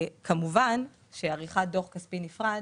כמובן שעריכת דוח כספי נפרד